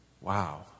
Wow